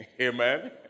Amen